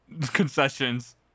concessions